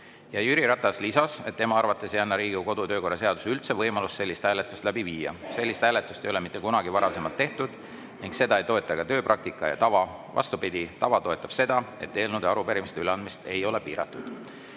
Jüri Ratas lisas, et tema arvates ei anna Riigikogu kodu‑ ja töökorra seadus üldse võimalust sellist hääletust läbi viia. Sellist hääletust ei ole mitte kunagi varasemalt tehtud ning seda ei toeta ka tööpraktika ja tava. Vastupidi, tava toetab seda, et eelnõude ja arupärimiste üleandmist ei ole piiratud. Kuna